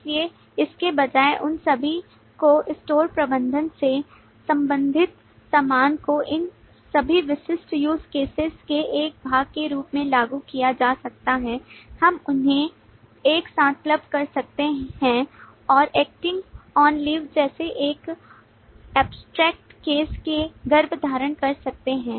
इसलिए इसके बजाय उन सभी को स्टोर प्रबंधन से संबंधित सामान को इन सभी विशिष्ट use cases के एक भाग के रूप में लागू किया जा रहा है हम उन्हें एक साथ क्लब कर सकते हैं और एक्टिंग ऑन लीव जैसे एक एब्सट्रैक्ट केस के गर्भ धारण कर सकते हैं